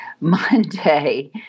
Monday